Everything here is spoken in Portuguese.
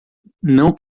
não